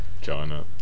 China